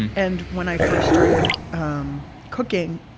and when i first started um cooking,